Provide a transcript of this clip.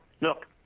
look